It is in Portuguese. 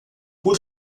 por